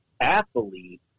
athlete